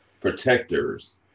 protectors